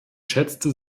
schätzte